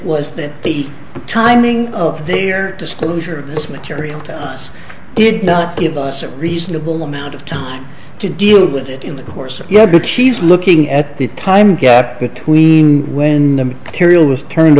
was that the timing of their disclosure of this material to us did not give us a reasonable amount of time to deal with it in the course of your book she's looking at the time between when t